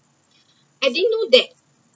I didn’t know that